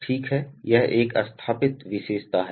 ठीक है यह एक स्थापित विशेषता है